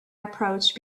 approach